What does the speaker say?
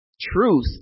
Truth